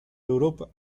europa